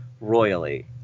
royally